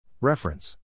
Reference